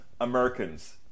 Americans